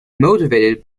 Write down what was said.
motivated